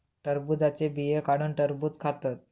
टरबुजाचे बिये काढुन टरबुज खातत